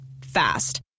Fast